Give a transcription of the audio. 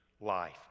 life